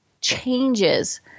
changes